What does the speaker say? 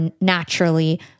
naturally